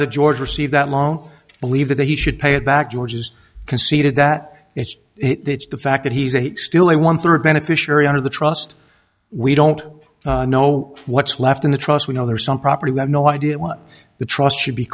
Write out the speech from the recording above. that george received that long believe that he should pay it back george's conceded that it's it it's the fact that he's still a one third beneficiary under the trust we don't know what's left in the trust we know there are some property we have no idea what the trust should be